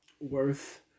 worth